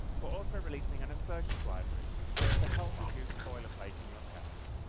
we're also releasing an assertions library to help reduce the boilerplate in your tests.